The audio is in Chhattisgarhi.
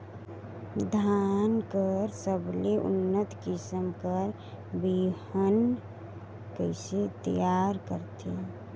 धान कर सबले उन्नत किसम कर बिहान कइसे तियार करथे?